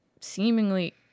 seemingly